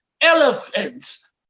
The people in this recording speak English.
elephants